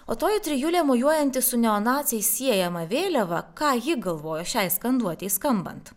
o toji trijulė mojuojanti su neonaciai siejama vėliava ką ji galvojo šiai skanduotei skambant